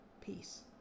peace